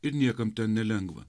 ir niekam ten nelengva